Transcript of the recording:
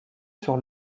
sur